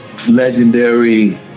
Legendary